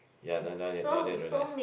ya then now then now then realise